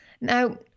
Now